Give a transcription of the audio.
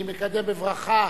אני מקדם בברכה